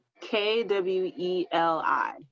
k-w-e-l-i